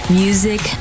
music